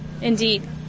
Indeed